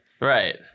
Right